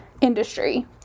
industry